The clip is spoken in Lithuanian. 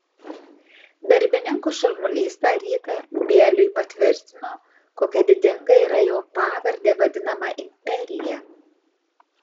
darbininkų šurmulys tą rytą bieliui patvirtino kokia didinga yra jo pavarde vadinama imperija